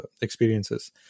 experiences